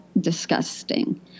disgusting